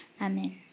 Amen